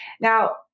Now